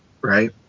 right